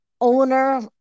owner